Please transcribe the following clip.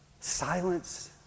silence